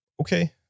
Okay